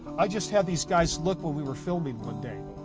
i just had these guys look when we were filming one day.